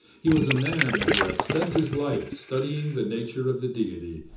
he was a man who had spent his life studying the nature of the deity,